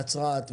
נצרת,